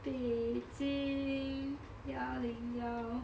北京幺零幺